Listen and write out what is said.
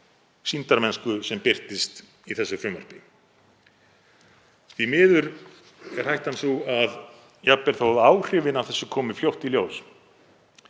sýndarmennsku, sem birtist í þessu frumvarpi. Því miður er hættan sú að jafnvel þótt áhrifin af þessu komi fljótt í ljós